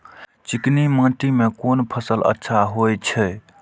चिकनी माटी में कोन फसल अच्छा होय छे?